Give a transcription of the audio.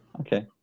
okay